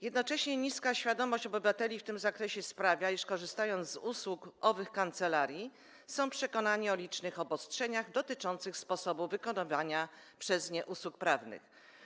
Jednocześnie niska świadomość obywateli w tym zakresie sprawia, iż korzystając z usług owych kancelarii, są przekonani o licznych obostrzeniach dotyczących sposobu wykonywania przez nie usług prawnych.